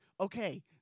okay